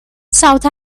south